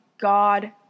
God